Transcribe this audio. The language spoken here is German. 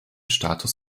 status